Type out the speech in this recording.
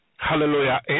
Hallelujah